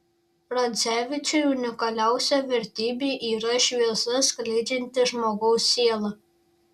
radzevičiui unikaliausia vertybė yra šviesą skleidžianti žmogaus siela